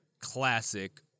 classic